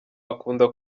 akunda